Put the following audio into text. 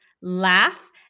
laugh